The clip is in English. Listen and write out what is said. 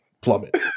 plummet